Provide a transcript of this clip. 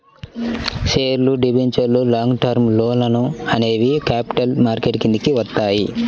షేర్లు, డిబెంచర్లు, long term లోన్లు అనేవి క్యాపిటల్ మార్కెట్ కిందికి వత్తయ్యి